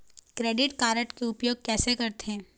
Credit card के उपयोग कैसे करथे?